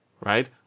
right